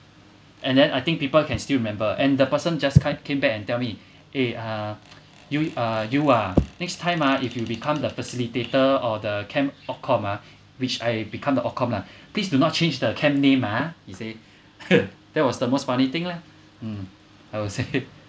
and then I think people can still remember and the person just come came back and tell me eh uh you uh you ah next time ah if you become the facilitator or the camp occom ah which I become the occom lah please do not change the camp name ah he said that was the most funny thing lah mm I would say